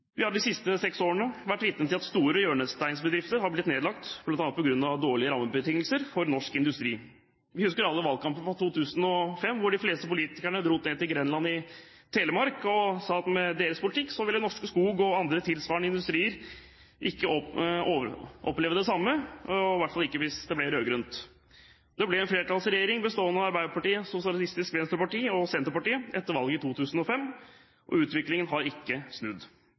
Vi har de siste seks årene vært vitne til at store hjørnesteinsbedrifter har blitt nedlagt, bl.a. på grunn av dårlige rammebetingelser for norsk industri. Vi husker alle valgkampen i 2005, hvor de fleste politikerne drog til Grenland i Telemark og sa at med deres politikk ville Norske Skog og andre tilsvarende industrier ikke oppleve det samme, i hvert fall ikke hvis det ble rød-grønt flertall. Det ble en flertallsregjering bestående av Arbeiderpartiet, Sosialistisk Venstreparti og Senterpartiet etter valget i 2005, og utviklingen har ikke snudd.